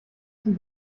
zum